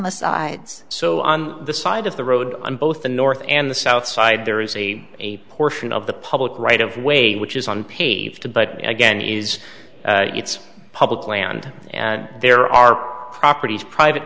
the sides so on the side of the road on both the north and the south side there is a a portion of the public right of way which is on paved to but again is it's public land and there are properties private